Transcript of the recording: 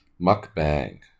mukbang